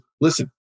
listen